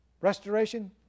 Restoration